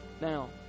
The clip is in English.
Now